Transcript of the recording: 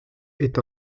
est